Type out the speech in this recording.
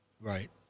Right